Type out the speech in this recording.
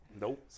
Nope